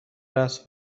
است